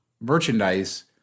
merchandise